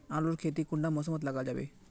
आलूर खेती कुंडा मौसम मोत लगा जाबे?